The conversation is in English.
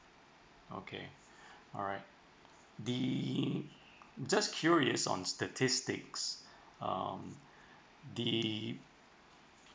okay alright the just curious on statistics um the